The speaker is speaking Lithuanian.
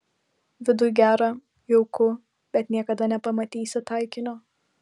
viduj gera jauku bet niekada nepamatysi taikinio